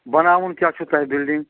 بناوُن کیٛاہ چھُو تۄہہِ بِلڈِنٛگ